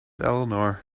eleanor